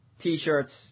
T-shirts